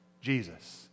Jesus